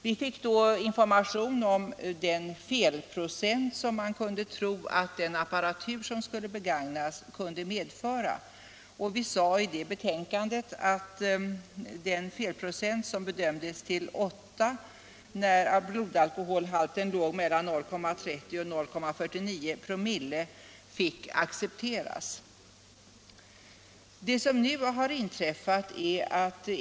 Vi fick då information om den felprocent som man kunde bedöma att den apparatur som skulle begagnas kunde medföra. Vi sade i betänkandet att felprocenten, som bedömdes till 8 när blodalkoholhalten låg mellan 0,30 och 0,49 "/oo, fick accepteras.